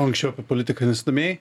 o anksčiau apie politiką nesidomėjai